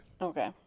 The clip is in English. Okay